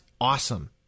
awesome